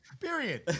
period